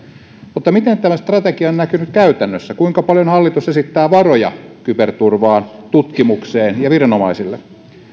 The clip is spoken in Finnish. mutta miten tämä strategia on näkynyt käytännössä kuinka paljon hallitus esittää varoja kyberturvaan tutkimukseen ja viranomaisille